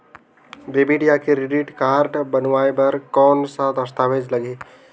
Debit या credit card बनवाय बर कौन का दस्तावेज लगही?